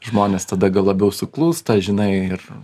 žmonės tada gal labiau suklūsta žinai ir